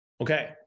Okay